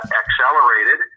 accelerated